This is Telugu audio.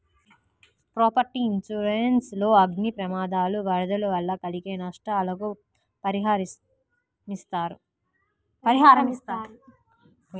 ప్రాపర్టీ ఇన్సూరెన్స్ లో అగ్ని ప్రమాదాలు, వరదలు వల్ల కలిగే నష్టాలకు పరిహారమిస్తారు